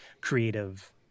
creative